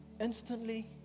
instantly